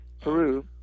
Peru